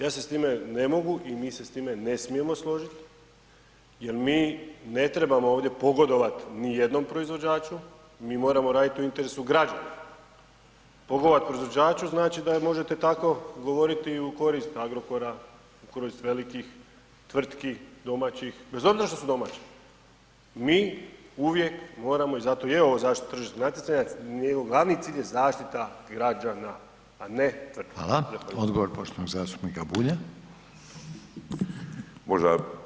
Ja se s time ne mogu i mi se s time ne smijemo složit jel mi ne trebamo ovdje pogodovat nijednom proizvođaču, mi moramo radit u interesu građana, pogodovat proizvođaču znači da možete tako govoriti i u korist Agrokora, u korist velikih tvrtki, domaćih, bez obzira što su domaće mi uvijek moramo i zato je ovo zaštita tržišnog natjecanja, njihov glavni cilj je zaštita građana, a ne tvrtki [[Upadica: Hvala]] Zahvaljujem.